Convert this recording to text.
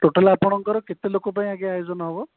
total ଆପଣଙ୍କର କେତେ ଲୋକଙ୍କ ପାଇଁ ଆଜ୍ଞା ଆୟୋଜନ ହେବ